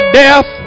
death